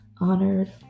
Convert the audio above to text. honored